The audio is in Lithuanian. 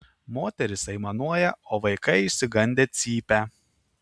moterys aimanuoja o vaikai išsigandę cypia